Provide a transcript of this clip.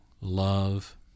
love